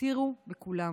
הותירו בכולם.